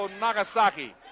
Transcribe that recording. Nagasaki